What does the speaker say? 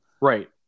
Right